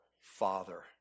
Father